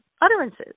utterances